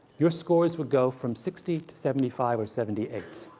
your scores would go from sixty to seventy five or seventy eight.